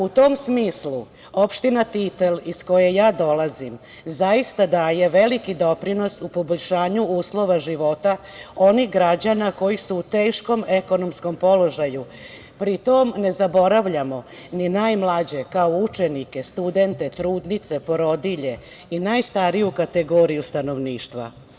U tom smislu opština Titel iz koje ja dolazim, zaista daje veliki doprinos poboljšanju uslova života onih građana koji su u teškom ekonomskom položaju, pri tome, ne zaboravljamo ni najmlađe, kao učenike, studente, trudnice, porodilje i najstariju kategoriju stanovništva.